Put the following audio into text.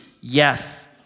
yes